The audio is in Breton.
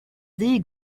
dezhi